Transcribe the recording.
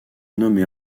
nommé